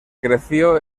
creció